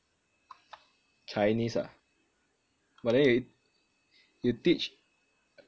chinese ah but then you you teach